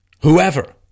whoever